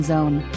Zone